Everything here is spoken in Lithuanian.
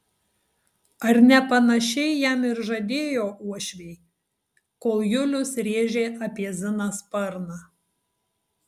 ar ne panašiai jam ir žadėjo uošviai kol julius rėžė apie ziną sparną